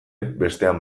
bestean